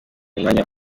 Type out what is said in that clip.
umwanya